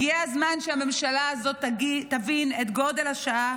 הגיע הזמן שהממשלה הזאת תבין את גודל השעה